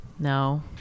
No